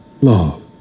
love